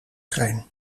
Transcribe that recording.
trein